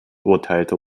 urteilte